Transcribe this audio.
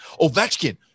Ovechkin